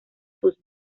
sus